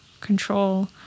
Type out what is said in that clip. control